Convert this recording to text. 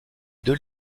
deux